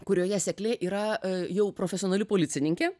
kurioje seklė yra jau profesionali policininkė